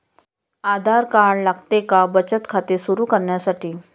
आधार card लागते का बचत खाते सुरू करण्यासाठी?